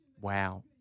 Wow